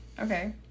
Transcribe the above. Okay